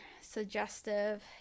suggestive